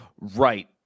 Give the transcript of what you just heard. Right